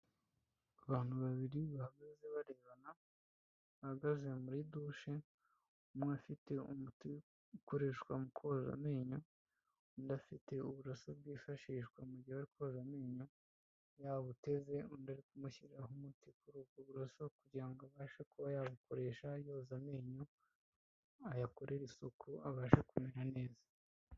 Abantu babiri bahagaze barebana, bahagaze muri dushe, umwe afite umuti ukoreshwa mu koza amenyo, unda afite uburoso bwifashishwa mu gihe cyo koza amenyo, yabuteze undi ari kumushyiriraho umuti kuri ubwo burosa kugira ngo abashe kuba yakoresha yoza amenyo, ayakorere isuku abasha kumera neza.